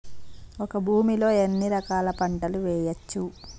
ఒక భూమి లో ఎన్ని రకాల పంటలు వేయచ్చు?